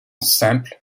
simple